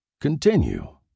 Continue